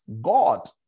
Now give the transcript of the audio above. God